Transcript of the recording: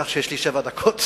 כך שיש לי שבע דקות.